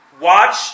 Watch